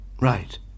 Right